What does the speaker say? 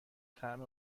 طعم